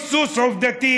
ללא ביסוס עובדתי,